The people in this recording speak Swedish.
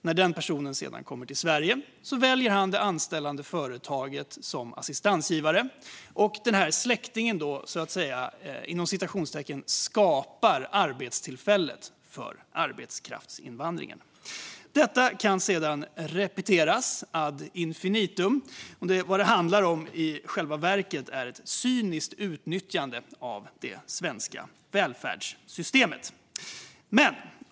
När den personen sedan kommer till Sverige väljer han det anställande företaget som assistansgivare. Släktingen "skapar" därmed arbetstillfället för arbetskraftsinvandringen. Detta kan sedan repeteras ad infinitum. Vad det i själva verket handlar om är ett cyniskt utnyttjande av det svenska välfärdssystemet.